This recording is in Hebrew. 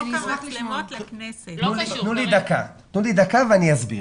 דקה ואני אסביר.